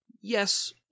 yes